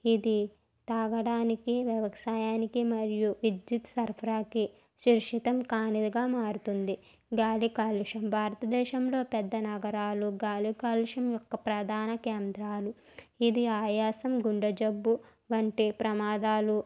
ఇది తాగడానికి వ్యవసాయానికి మరియు విద్యుత్ సరఫరాకి సురక్షితం కానిదిగా మారుతుంది గాలి కాలుష్యం భారత దేశంలో పెద్ద నగరాలు గాలి కాలుష్యం యొక్క ప్రధాన కేంద్రాలు ఇది ఆయాసం గుండె జబ్బు వంటి ప్రమాదాలు